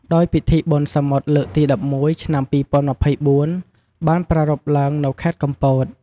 ដោយពិធីបុណ្យសមុទ្រលើកទី ១១ ឆ្នាំ២០២៤ បានប្រារព្ធឡើងនៅខេត្តកំពត។